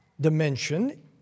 dimension